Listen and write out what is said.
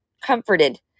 comforted